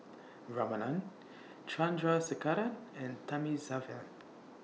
Ramanand Chandrasekaran and Thamizhavel